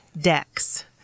Decks